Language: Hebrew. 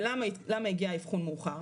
ולמה הגיע האבחון מאוחר?